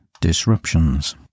disruptions